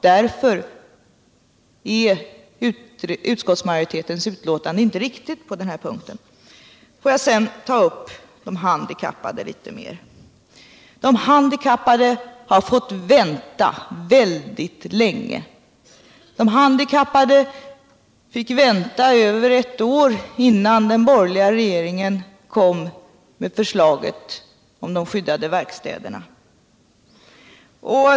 Därför är utskottsmajoritetens skrivning på den punkten inte riktig. Låt mig sedan litet mera ta upp frågan om de handikappade. De har fått vänta väldigt länge. De fick vänta över ett år innan den borgerliga regeringen lade fram förslaget om de skyddade verkstäderna.